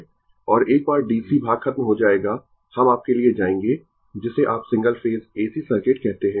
और एक बार DC भाग खत्म हो जाएगा हम आपके लिए जाएंगें जिसे आप सिंगल फेज AC सर्किट कहते है